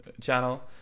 channel